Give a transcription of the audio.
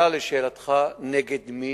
לשאלתך נגד מי,